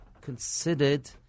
considered